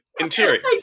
Interior